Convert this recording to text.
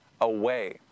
away